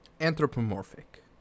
Anthropomorphic